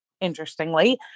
interestingly